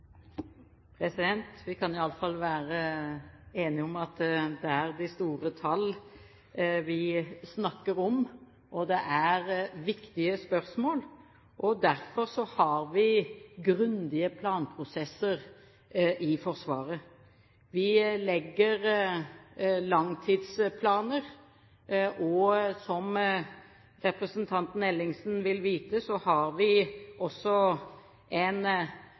Vi kan i alle fall være enige om at det er store tall vi snakker om, og det er viktige spørsmål. Derfor har vi grundige planprosesser i Forsvaret. Vi legger langtidsplaner, og som representanten Ellingsen vil vite, har vi ikke bare en